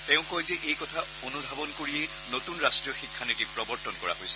তেওঁ কয় যে এই কথা অনুধাবন কৰিয়েই নতুন ৰাট্টীয় শিক্ষানীতি প্ৰৱৰ্তন কৰা হৈছে